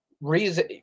reason